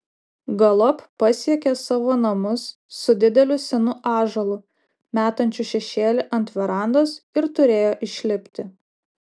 galop pasiekė savo namus su dideliu senu ąžuolu metančiu šešėlį ant verandos ir turėjo išlipti